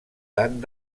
tant